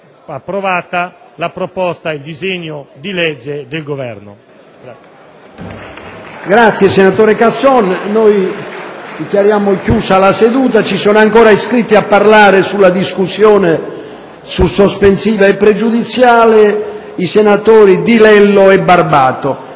approvata la proposta del disegno di legge del Governo.